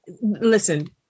listen